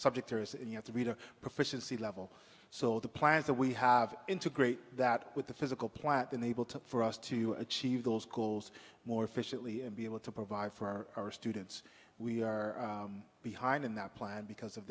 subject areas and you have to be to proficiency level so the plans that we have integrate that with the physical plant enable to for us to achieve those schools more efficiently and be able to provide for our students we are behind in that plan because of